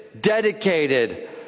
dedicated